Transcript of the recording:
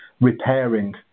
repairing